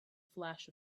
flash